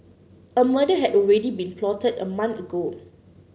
a murder had already been plotted a month ago